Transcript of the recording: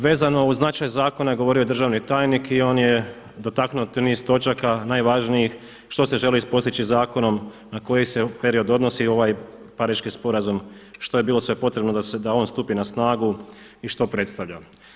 Vezano uz značaj zakona govorio je državni tajnik i on je dotaknuo tu niz točaka najvažnijih što se želi postići zakonom, na koji se period odnosi ovaj Pariški sporazum, što je bilo sve potrebno da on stupi na snagu i što predstavlja.